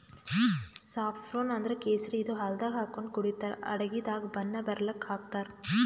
saffron ಅಂದ್ರ ಕೇಸರಿ ಇದು ಹಾಲ್ದಾಗ್ ಹಾಕೊಂಡ್ ಕುಡಿತರ್ ಅಡಗಿದಾಗ್ ಬಣ್ಣ ಬರಲಕ್ಕ್ ಹಾಕ್ತಾರ್